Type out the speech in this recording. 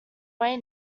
way